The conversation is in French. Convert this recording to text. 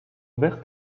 vertes